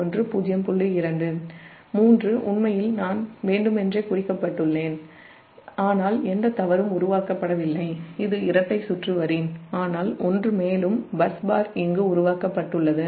3 உண்மையில் நான் வேண்டுமென்றே குறிக்கப் பட்டுள்ளேன் ஆனால் எந்த தவறும் உருவாக்கப்படவில்லை இது இரட்டை சுற்று வரி ஆனால் ஒன்று மேலும் பஸ் பார் இங்கு உருவாக்கப் பட்டுள்ளது